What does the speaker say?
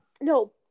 no